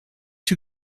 two